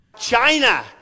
China